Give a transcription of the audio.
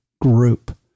group